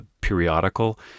periodical